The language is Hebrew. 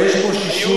אבל יש פה 69,